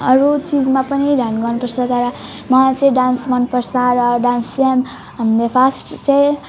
अरू चिजमा पनि ध्यान गर्नु पर्छ तर मलाई चाहिँ डान्स मन पर्छ र डान्स हामीले फर्स्ट चाहिँ